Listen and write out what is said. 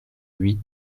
huit